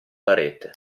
parete